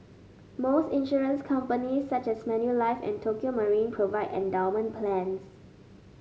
most insurance companies such as Manulife and Tokio Marine provide endowment plans